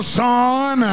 son